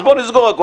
אז בוא נסגור הכול,